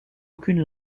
aucune